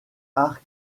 arcs